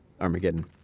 Armageddon